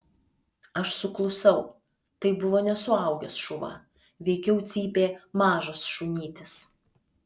aš suklusau tai buvo ne suaugęs šuva veikiau cypė mažas šunytis